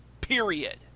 period